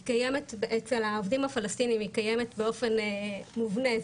והיא קיימת אצל העובדים הפלסטינים באופן מובנה,